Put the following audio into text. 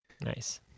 Nice